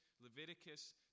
Leviticus